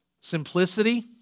simplicity